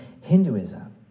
Hinduism